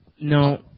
No